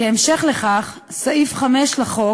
כהמשך לכך, סעיף 5 לחוק